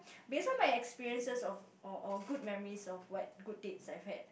based on my experiences of or or good memories of what good dates that I have had